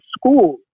School